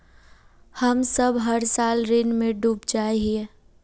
हम सब हर साल ऋण में डूब जाए हीये?